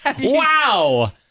Wow